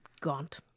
Gaunt